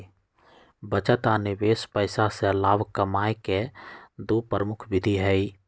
बचत आ निवेश पैसा से लाभ कमाय केँ दु प्रमुख विधि हइ